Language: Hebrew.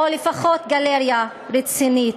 או לפחות גלריה רצינית.